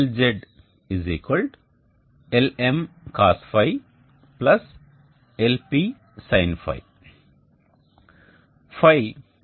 ϕ ఇక్కడ అక్షాంశ కోణం